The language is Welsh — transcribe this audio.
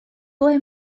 ble